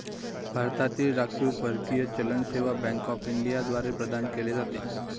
भारतातील राखीव परकीय चलन सेवा बँक ऑफ इंडिया द्वारे प्रदान केले जाते